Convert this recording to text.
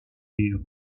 est